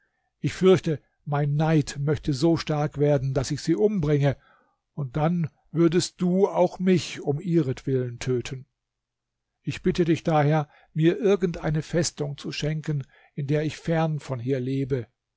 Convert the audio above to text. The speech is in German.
ich fürchte mein neid möchte so stark werden daß ich sie umbringe und dann würdest du auch mich um ihretwillen töten ich bitte dich daher mir irgend eine festung zu schenken in der ich fern von hier lebe